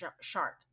shark